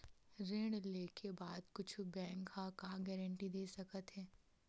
ऋण लेके बाद कुछु बैंक ह का गारेंटी दे सकत हे?